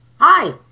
Hi